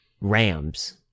Rams